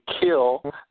kill